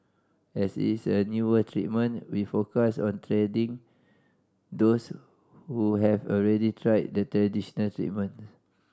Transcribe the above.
as is a newer treatment we focus on treating those who have already tried the traditional treatments